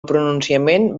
pronunciament